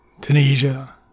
Tunisia